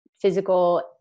physical